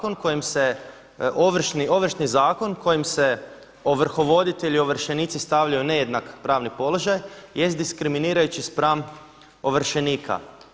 Ovršni zakon kojim se ovrhovoditelji i ovršenici stavljaju u nejednak pravni položaj jest diskriminirajući spram ovršenika.